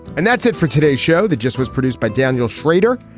and that's it for today's show that just was produced by daniel schrader.